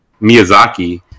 miyazaki